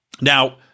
Now